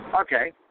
Okay